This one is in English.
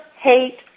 Hate